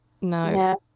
No